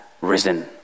risen